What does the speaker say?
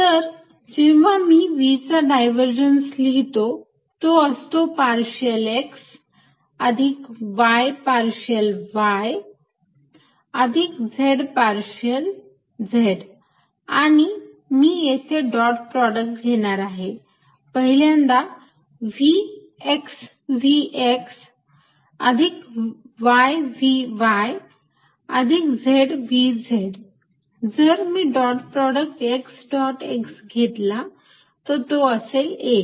v x∂xy∂yz∂z तर जेव्हा मी v चा डायव्हर्जन्स लिहितो तो असतो पार्शियल x अधिक y पार्शियल y अधिक z पार्शियल z आणि मी येथे डॉट प्रॉडक्ट घेणार आहे पहिल्यांदा x v x अधिक y v y अधिक z v z जर मी dot product x dot x घेतला तर तो असेल 1